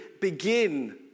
begin